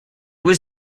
was